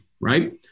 Right